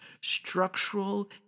structural